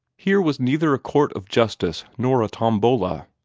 here was neither a court of justice nor a tombola.